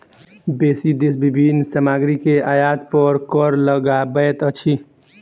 बेसी देश विभिन्न सामग्री के आयात पर कर लगबैत अछि